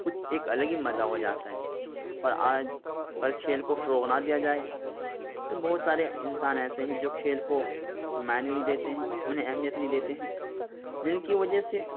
کچھ ایک الگ ہی مزہ ہو جاتا ہے اور آج اگر کھیل کو فروغ نہ دیا جائے تو بہت سارے انسان ایسے ہیں جو کھیل کو معنی نہیں دیتے ہیں انہیں اہمیت نہیں دیتے ہیں جن کی وجہ سے